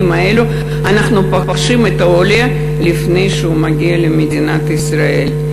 האלו אנחנו פוגשים את העולה לפני שהוא מגיע למדינת ישראל.